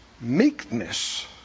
meekness